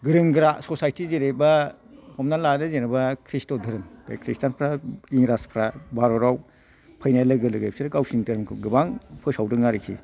गोरों गोरा ससायथि जेरैबा हमनानै लादो जेनबा कृष्ण धोरोमफोर बे खृष्टान इंग्रासफ्रा भारताव फैनाय लोगो लोगोनो बेसोर गावसिनि धोरोमखौ गोबां फोसावदों आरिखि